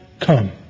come